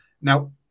Now